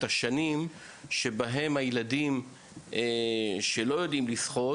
את השנים שבהן הילדים שלא יודעים לשחות